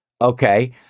Okay